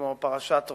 כמו פרשת רוז.